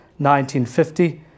1950